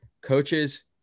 coaches